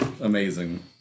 Amazing